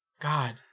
God